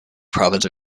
province